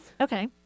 Okay